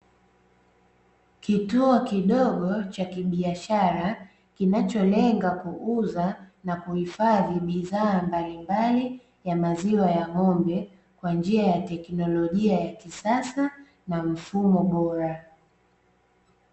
Kituo kidogo cha kibiashara kinacholenga kuuza na kuhifadhi bidhaa mbalimbali, ya maziwa ya ng'ombe kwa njia ya teknolojia ya kisasa na mfumo bora.